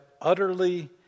utterly